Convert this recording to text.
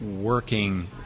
working